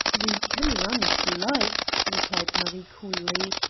we can run if you like, replied marie coolly,